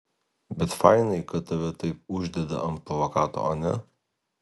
bet fainai kad tave taip uždeda ant plakato ane